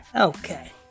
Okay